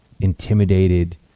intimidated